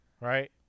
Right